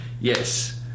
yes